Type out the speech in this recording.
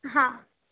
હા